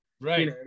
Right